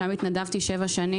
שם התנדבתי במשך שבע שנים.